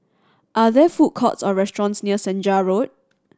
are there food courts or restaurants near Senja Road